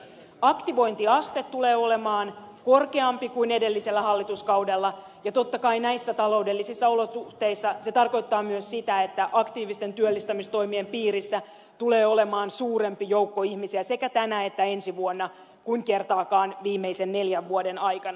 aktivointiaste tulee olemaan korkeampi kuin edellisellä hallituskaudella ja totta kai näissä taloudellisissa olosuhteissa se tarkoittaa myös sitä että aktiivisten työllistämistoimien piirissä tulee olemaan suurempi joukko ihmisiä sekä tänä että ensi vuonna kuin kertaakaan viimeisen neljän vuoden aikana